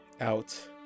out